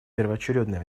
первоочередное